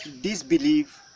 disbelieve